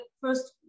first